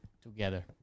together